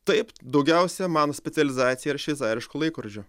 taip daugiausia mano specializacija yra šveicariškų laikrodžių